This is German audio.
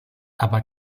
aber